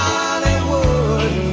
Hollywood